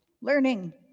learning